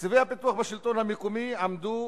תקציבי הפיתוח בשלטון המקומי עמדו